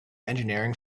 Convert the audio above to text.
engineering